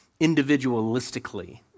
individualistically